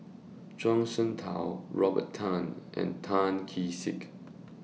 Zhuang Shengtao Robert Tan and Tan Kee Sek